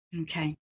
Okay